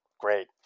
great